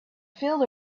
filled